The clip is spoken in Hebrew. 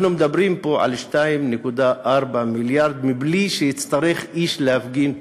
אנחנו מדברים פה על 2.4 מיליארד מבלי שיצטרך איש להפגין פה.